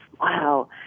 wow